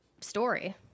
story